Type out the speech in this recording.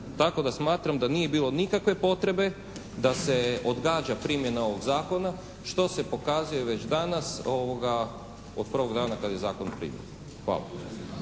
tako da smatram da nije bilo nikakve potrebe da se odgađa primjena ovog Zakona što se pokazuje već danas od prvog dana kad je zakon primljen. Hvala.